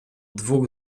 dwóch